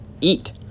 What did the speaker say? eat